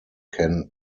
can